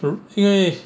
mm 因为